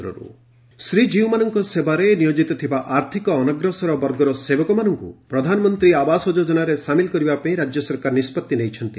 ଆବାସ ଯୋଜନା ଶ୍ରୀକୀଉମାନଙ୍କ ସେବାରେ ନିୟୋକିତ ଥିବା ଆର୍ଥିକ ଅନଗ୍ରସର ବର୍ଗର ସେବକମାନଙ୍କୁ ପ୍ରଧାନମନ୍ତୀ ଆବାସ ଯୋଜନାରେ ସାମିଲ କରିବା ପାଇଁ ରାକ୍ୟ ସରକାର ନିଷ୍ବଭି ନେଇଛନ୍ତି